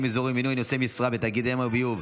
אזוריים ומינוי נושאי משרה בתאגידי מים וביוב),